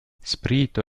sprito